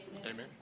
Amen